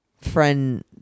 friend